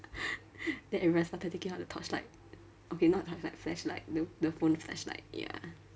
then everyone started taking out the torchlight okay not torchlight flashlight the the phone flashlight ya